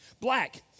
Black